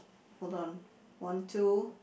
hold on one two